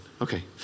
Okay